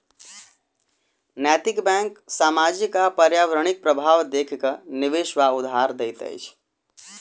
नैतिक बैंक सामाजिक आ पर्यावरणिक प्रभाव देख के निवेश वा उधार दैत अछि